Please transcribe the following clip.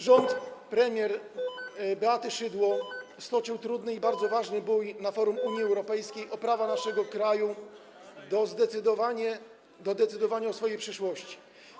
Rząd premier Beaty Szydło stoczył trudny i bardzo ważny bój na forum Unii Europejskiej o prawa naszego kraju do decydowania o swojej przyszłości.